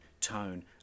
tone